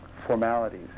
formalities